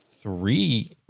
three